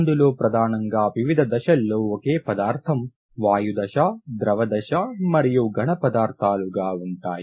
అందులో ప్రధానంగా వివిధ దశల్లో ఒకే పదార్ధం వాయు దశ ద్రవ దశ మరియు ఘనపదార్థాలు గా ఉంటాయి